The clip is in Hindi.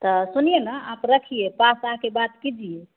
तो सुनिए न आप रखिए पास आकर बात कीजिए